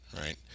right